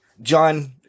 John